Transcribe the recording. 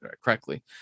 correctly